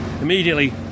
immediately